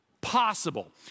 possible